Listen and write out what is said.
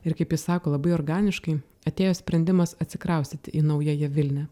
ir kaip ji sako labai organiškai atėjo sprendimas atsikraustyti į naująją vilnią